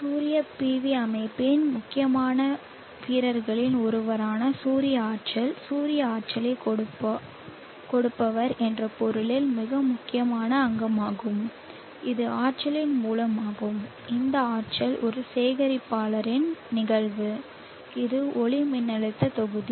சூரிய PV அமைப்பின் முக்கியமான வீரர்களில் ஒருவரான சூரிய ஆற்றல் சூரியன் ஆற்றலைக் கொடுப்பவர் என்ற பொருளில் மிக முக்கியமான அங்கமாகும் இது ஆற்றலின் மூலமாகும் இந்த ஆற்றல் ஒரு சேகரிப்பாளரின் நிகழ்வு இது ஒளிமின்னழுத்த தொகுதி